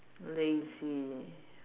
lazy